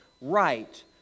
right